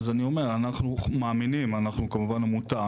אז אני אומר, אנחנו מאמינים, אנחנו כמובן עמותה.